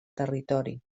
territori